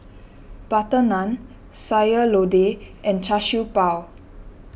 Butter Naan Sayur Lodeh and Char Siew Bao